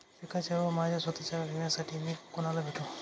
पिकाच्या व माझ्या स्वत:च्या विम्यासाठी मी कुणाला भेटू?